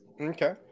Okay